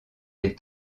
les